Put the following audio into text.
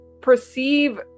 perceive